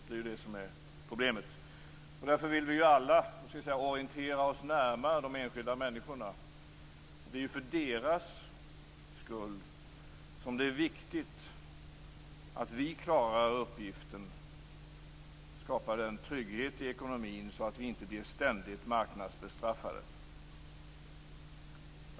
Det är det som är problemet. Därför vill vi alla orientera oss närmare de enskilda människorna. Det är för deras skull som det är viktigt att vi klarar uppgiften att skapa trygghet i ekonomin så att vi inte blir ständigt marknadsbestraffade.